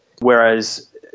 Whereas